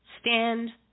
stand